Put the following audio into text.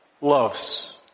loves